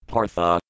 Partha